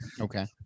Okay